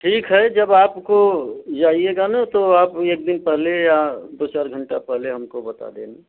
ठीक है जब आपको जाइएगा ना तो आप एक दिन पहले या दो चार घंटा पहले हमको बता देना